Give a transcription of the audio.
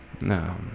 No